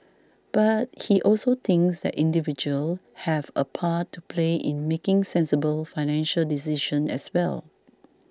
but he also thinks that individuals have a part to play in making sensible financial decisions as well